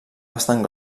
bastant